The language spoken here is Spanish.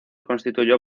constituyó